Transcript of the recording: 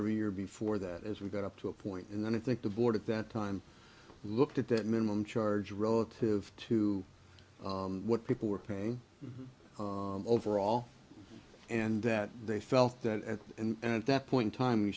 every year before that as we got up to a point and then i think the board at that time looked at that minimum charge relative to what people were paying overall and that they felt that and at that point time you